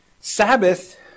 Sabbath